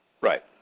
Right